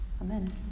Amen